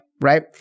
right